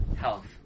health